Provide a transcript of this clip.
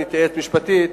נתייעץ משפטית,